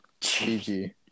GG